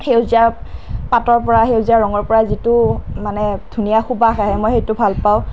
সেউজীয়া পাতৰ পৰা সেউজীয়া ৰঙৰ পৰা যিটো মানে ধুনীয়া সুবাস আহে মই সেইটো ভাল পাওঁ